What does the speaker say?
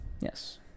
Yes